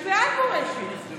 אני בעד מורשת,